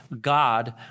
God